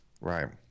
Right